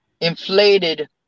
inflated